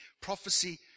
prophecy